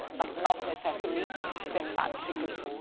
but not necessarily semantically.